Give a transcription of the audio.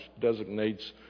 designates